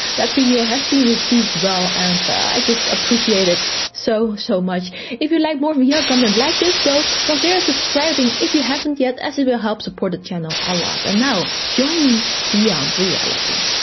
that video has been received well, and i just appreciate it so so much if you like more vr yeah ah content like this, though, consider subscribing if you haven't yet as it will help support this channel a lot. and now, join me beyond reality.